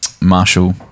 Marshall